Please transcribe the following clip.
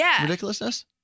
Ridiculousness